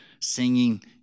singing